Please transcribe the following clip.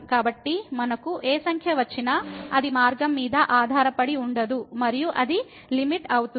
కాబట్టి మనకు ఏ సంఖ్య వచ్చినా అది మార్గం మీద ఆధారపడి ఉండదు మరియు అది లిమిట్ అవుతుంది